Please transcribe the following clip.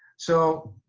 so,